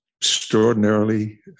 extraordinarily